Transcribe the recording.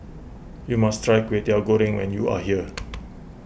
you must try Kwetiau Goreng when you are here